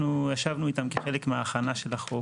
אנחנו ישבנו איתם כחלק מההכנה של החוק.